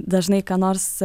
dažnai ką nors